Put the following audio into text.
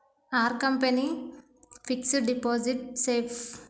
Are company fixed deposit safe?